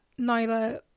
Nyla